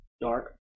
dark